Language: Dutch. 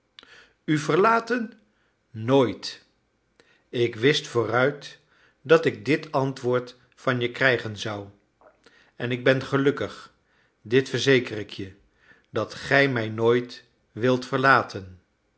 u verlaten nooit ik wist vooruit dat ik dit antwoord van je krijgen zou en ik ben gelukkig dit verzeker ik je dat gij mij nooit wilt verlaten